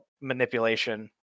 manipulation